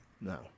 No